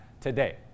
today